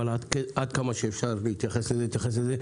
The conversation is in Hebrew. אבל עד כמה שאפשר להתייחס לזה נתייחס לזה.